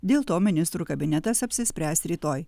dėl to ministrų kabinetas apsispręs rytoj